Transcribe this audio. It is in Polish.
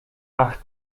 ach